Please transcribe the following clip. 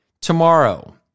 tomorrow